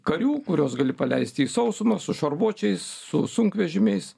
karių kuriuos gali paleisti į sausumą su šarvuočiais su sunkvežimiais